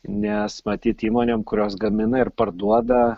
nes matyt įmonėm kurios gamina ir parduoda